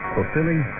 Fulfilling